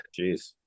Jeez